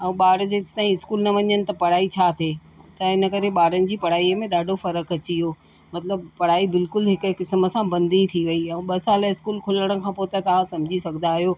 ऐं ॿार जेसीं ताईं इस्कूल न वञनि त पढ़ाई छा थिए त इनकरे ॿारनि जी पढ़ाई में ॾाढो फ़र्क़ु अची वियो मतलबु पढ़ाई बिल्कुलु हिकु क़िस्म सां बंदु ई थी वेई ऐं ॿ साल इस्कूल खुलण खां पोइ त तव्हां समुझी सघंदा आहियो